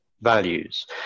values